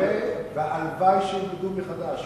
והלוואי שילמדו מחדש.